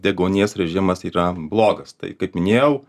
deguonies režimas yra blogas tai kaip minėjau